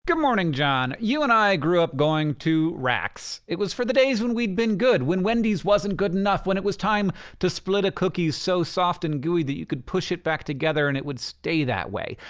good morning, john. you and i grew up going to rax. it was for the days when we'd been good, when wendy's wasn't good enough, when it was time to split a cookie so soft and gooey that you could push it back together and it would stay that way.